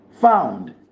found